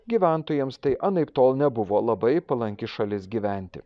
gyventojams tai anaiptol nebuvo labai palanki šalis gyventi